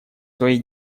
своей